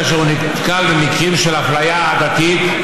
כאשר הוא נתקל במקרים של אפליה עדתית,